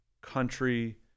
country